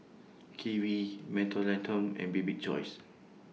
Kiwi Mentholatum and Bibik's Choice